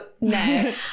no